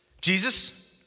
Jesus